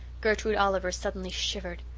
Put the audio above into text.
gertrude oliver suddenly shivered.